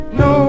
no